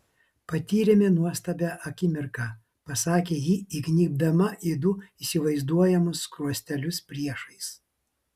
patyrėme nuostabią akimirką pasakė ji įgnybdama į du įsivaizduojamus skruostelius priešais